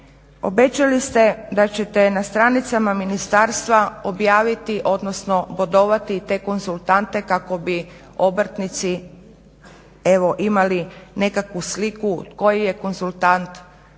obećali ste da ćete na stranicama ministarstva objaviti, odnosno bodovati te konzultante kako bi obrtnici evo imali nekakvu sliku koji je konzultant